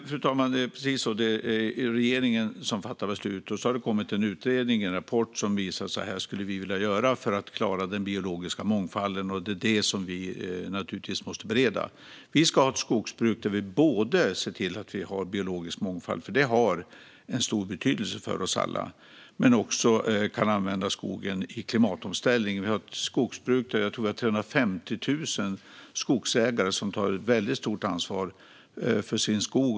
Fru talman! Regeringen fattar beslut, och nu har det kommit en rapport från en utredning där man visar hur man skulle vilja göra för att klara den biologiska mångfalden. Det måste vi naturligtvis bereda. Vi ska ha ett skogsbruk där vi ser till både att det finns biologisk mångfald - det har nämligen stor betydelse för oss alla - och att skogen kan användas i klimatomställningen. Vi har ett skogsbruk med 350 000 skogsägare, tror jag att det är, som tar ett väldigt stort ansvar för sin skog.